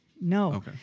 No